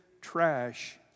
trash